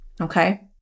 okay